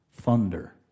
Thunder